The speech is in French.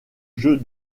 jeu